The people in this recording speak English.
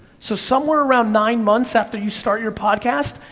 so, somewhere around nine months after you start your podcast,